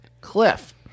cliff